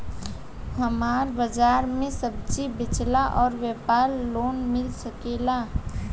हमर बाजार मे सब्जी बेचिला और व्यापार लोन मिल सकेला?